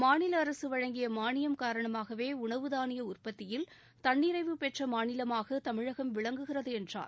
மாநில அரசு வழங்கிய மானியம் காரணமாகவே உணவு தானிய உற்பத்தியில் தன்னிறைவு பெற்ற மாநிலமாக தமிழகம் விளங்குகிறது என்றார்